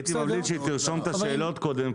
הייתי ממליץ שהיא תרשום את השאלות קודם,